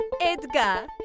Edgar